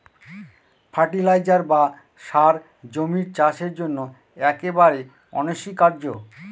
fertiliser বা সার জমির চাষের জন্য একেবারে অনস্বীকার্য